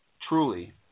truly